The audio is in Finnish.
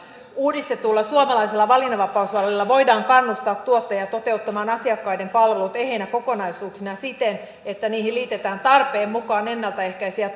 uudistetulla suomalaisella valinnanvapausmallilla voidaan kannustaa tuottajia toteuttamaan asiakkaiden palvelut eheinä kokonaisuuksia siten että niihin liitetään tarpeen mukaan ennalta ehkäiseviä